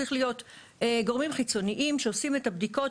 צריכים להיות גורמים חיצוניים שעושים את הבדיקות,